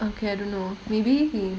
okay I don't know maybe he